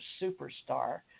superstar